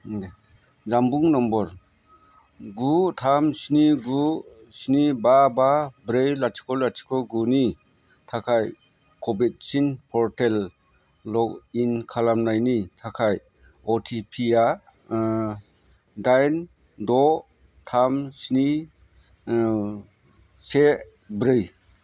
जानबुं नम्बर गु थाम स्नि गु स्नि बा बा ब्रै लाथिख' लाथिख' गुनि थाखाय क' विन पर्टेलाव लगइन खालामनायनि थाखाय अ टि पि आ दाइन द' थाम स्नि से ब्रै